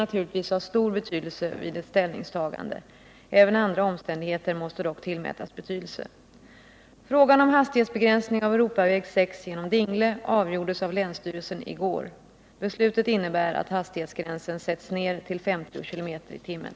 Detta ger mig anledning att ställa följande frågor till kommunikationsministern: Vilken principiell syn har statsrådet på hastighetsbegränsningar på de stora vägar som skär rätt genom tätbebyggda samhällen? Hur stor vikt anser statsrådet man bör lägga vid en kompakt folkopinion, som kräver begränsningar av hastigheten?